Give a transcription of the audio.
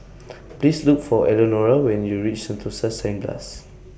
Please Look For Elnora when YOU REACH Sentosa Cineblast